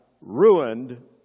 ruined